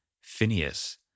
Phineas